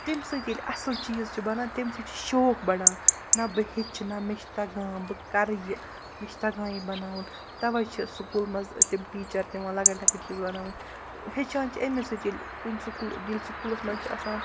تَمہِ سۭتۍ ییٚلہِ اَصٕل چیٖز چھِ بَنان تَمہِ سۭتۍ چھِ شوق بَڑان نَہ بہٕ ہیٚچھِ نہ مےٚ چھِ تَگان بہٕ کَرٕ یہِ مےٚ چھِ تَگان یہِ بَناوُن تَوَے چھِ سُکوٗلہٕ مَنٛز تِم ٹیٖچَر دِوان لۄکٕٹۍ لۄکٕٹۍ چیٖز بَناوٕنۍ ہیٚچھان چھِ اَمی سۭتۍ ییٚلہِ کُنہِ سُکوٗل ییٚلہِ سکوٗلَس مَنٛز چھِ آسان